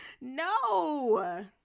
No